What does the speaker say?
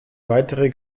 weitere